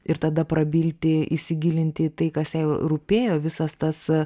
ir tada prabilti įsigilinti į tai kas jai rūpėjo visas tas